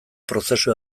prozesu